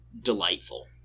delightful